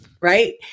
Right